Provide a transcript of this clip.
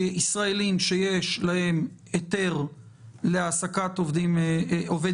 ישראלים שיש להם היתר להעסקת עובד